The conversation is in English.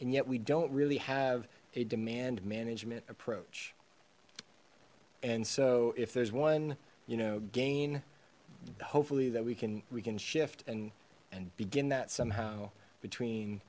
and yet we don't really have a demand management approach and so if there's one you know gain hopefully that we can we can shift and and begin that somehow between